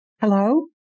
Hello